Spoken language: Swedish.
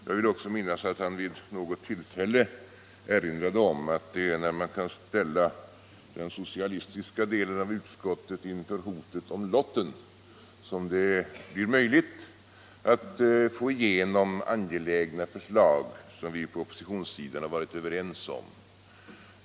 Jag vill också minnas att han vid något tillfälle erinrade om att det är när man kan ställa den socialistiska delen av utskottet inför hotet om lotten som det blir möjligt att få igenom angelägna förslag, som vi på oppositionssidan har varit överens om.